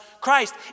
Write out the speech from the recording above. Christ